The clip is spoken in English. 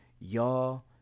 Y'all